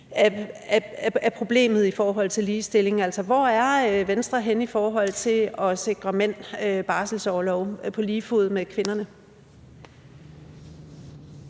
af problemet i forhold til ligestilling. Altså, hvor er Venstre henne i forhold til at sikre mænd barselsorlov på lige fod med kvinder?